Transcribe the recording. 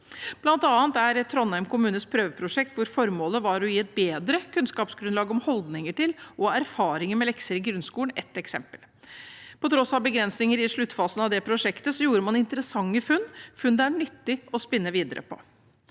eksempel er Trondheim kommunes prøveprosjekt hvor formålet var å gi et bedre kunnskapsgrunnlag om holdninger til og erfaringer med lekser i grunnskolen. På tross av begrensninger i sluttfasen av det prosjektet gjorde man interessante funn – funn det er nyttig å spinne videre på.